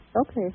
Okay